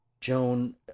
Joan